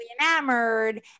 enamored